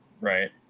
right